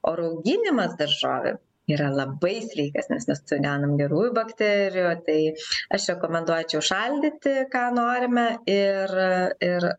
o rauginimas daržovių yra labai sveikas nes mes su jom gaunam gerųjų bakterijų tai aš rekomenduočiau šaldyti ką norime ir ir